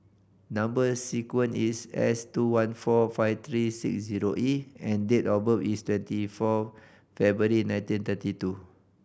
number sequence is S two one four five three six zero E and date of birth is twenty four February nineteen thirty two